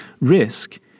risk